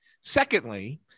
secondly